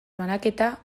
banaketa